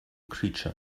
creature